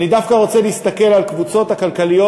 אני דווקא רוצה להסתכל על הקבוצות הכלכליות